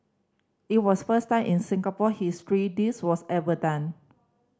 it was first time in Singapore history this was ever done